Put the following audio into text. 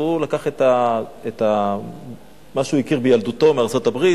והוא לקח את מה שהוא הכיר בילדותו מארצות-הברית.